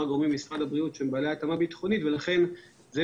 גורמים במשרד הבריאות שהם בעלי התאמה ביטחונית ולכן זו